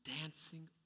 dancing